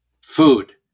food